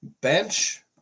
bench